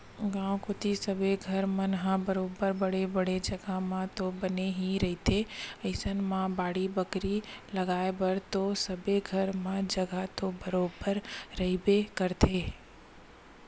गाँव कोती सबे घर मन ह बरोबर बड़े बड़े जघा म तो बने ही रहिथे अइसन म बाड़ी बखरी लगाय बर तो सबे घर म जघा तो बरोबर रहिबे करथे